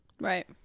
right